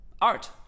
art